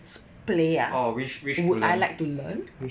play ah would I like to learn